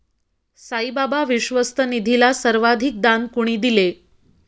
साईबाबा विश्वस्त निधीला सर्वाधिक दान कोणी दिले?